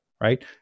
right